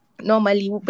normally